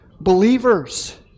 Believers